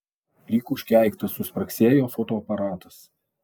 lyg užkeiktas suspragsėjo fotoaparatas